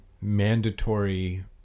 mandatory